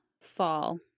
fall